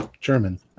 German